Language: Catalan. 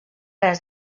res